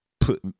Put